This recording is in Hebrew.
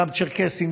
גם צ'רקסים,